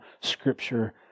scripture